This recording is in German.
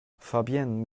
fabienne